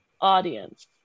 audience